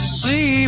see